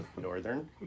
Northern